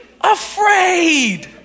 afraid